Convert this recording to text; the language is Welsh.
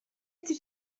ydy